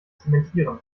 zementieren